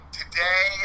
today